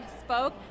spoke